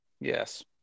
Yes